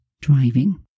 driving